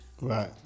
Right